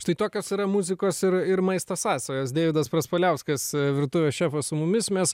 štai tokios yra muzikos ir ir maisto sąsajos deividas praspaliauskas virtuvės šefas su mumis mes